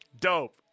dope